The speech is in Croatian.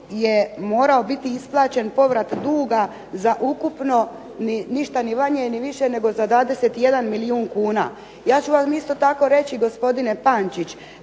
je morao biti isplaćen povrat duga za ukupno ništa ni manje ni više nego za 21 milijun kuna. Ja ću vam isto tako reći gospodine Pančić